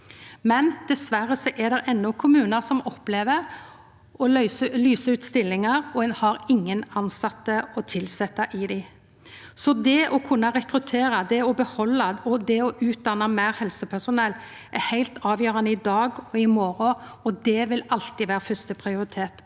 Dessverre er det enno kommunar som opplever å lysa ut stillingar, og ein får ingen å tilsetja i dei. Så det å kunna rekruttera, behalda og utdanna meir helsepersonell er heilt avgjerande i dag og i morgon. Det vil alltid vera første prioritet.